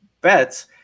bets